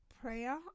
prayer